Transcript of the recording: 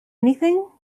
anything